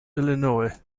illinois